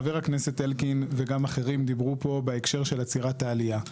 חבר הכנסת אלקין וגם אחרים דיברו פה בהקשר של עצירת העלייה.